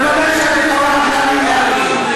בוודאי שעדיף לקחת מעניים לעניים.